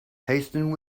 hasten